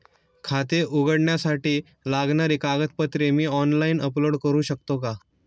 खाते उघडण्यासाठी लागणारी कागदपत्रे मी ऑनलाइन अपलोड करू शकतो का?